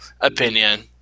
opinion